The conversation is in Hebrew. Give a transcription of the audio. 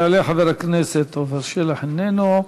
יעלה חבר הכנסת עפר שלח, איננו,